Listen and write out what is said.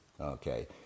Okay